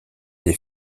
des